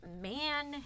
man